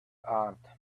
art